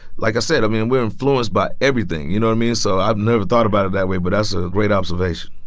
like i said, i mean, we're influenced by everything you know to me, so i've never thought about it that way. but that's a great observation.